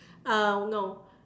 uh no